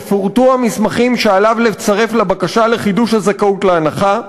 יפורטו המסמכים שעליו לצרף לבקשה לחידוש הזכאות להנחה,